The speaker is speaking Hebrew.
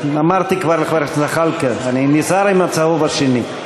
אמרתי כבר לחבר הכנסת זחאלקה: אני נזהר עם הצהוב השני.